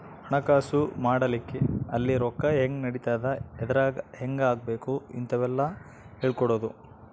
ಹಣಕಾಸು ಮಾಡೆಲಿಂಗ್ ಅಲ್ಲಿ ರೊಕ್ಕ ಹೆಂಗ್ ನಡಿತದ ಎದ್ರಾಗ್ ಹೆಂಗ ಹಾಕಬೇಕ ಇಂತವೆಲ್ಲ ಹೇಳ್ಕೊಡೋದು